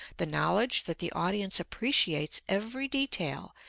the knowledge that the audience appreciates every detail,